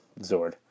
Zord